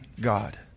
God